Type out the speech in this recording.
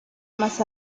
más